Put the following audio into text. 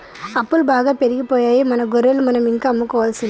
అప్పులు బాగా పెరిగిపోయాయి మన గొర్రెలు మనం ఇంకా అమ్ముకోవాల్సిందే